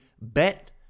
bet